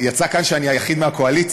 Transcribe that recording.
יצא כאן שאני היחיד מהקואליציה,